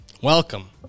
welcome